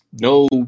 no